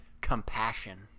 compassion